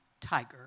Tiger